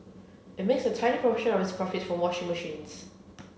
it makes a tiny proportion of its profits from washing machines